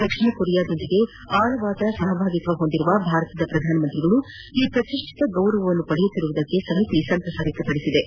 ದಕ್ಷಿಣ ಕೊರಿಯಾದೊಂದಿಗೆ ಆಳವಾದ ಸಹಭಾಗಿತ್ವ ಹೊಂದಿರುವ ಭಾರತದ ಪ್ರಧಾನಿ ಈ ಪ್ರತಿಷ್ಠಿತ ಗೌರವನ್ನು ಪಡೆಯುತ್ತಿರುವುದಕ್ಕೆ ಸಮಿತಿ ಸಂತಸ ವ್ಯಕ್ತ ಪಡಿಸಿತು